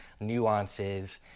nuances